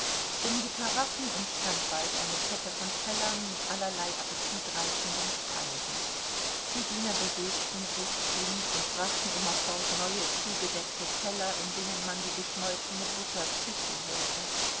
um die karaffen entstand bald eine kette von tellern mit allerlei appetitreizenden speisen die diener bewegten sich flink und brachten immerfort neue zugedeckte teller in denen man die geschmolzene butter zischen hörte